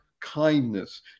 kindness